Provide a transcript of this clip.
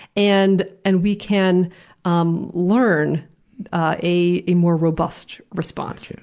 and and we can um learn a a more robust response.